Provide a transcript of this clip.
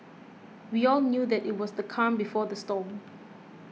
we all knew that it was the calm before the storm